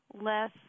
less